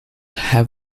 have